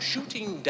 shooting